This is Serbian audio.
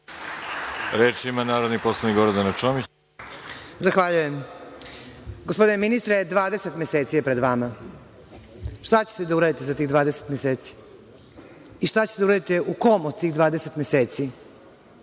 Reč ima narodni poslanik Gordana Čomić.